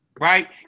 right